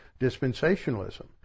dispensationalism